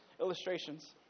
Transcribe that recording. illustrations